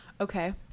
Okay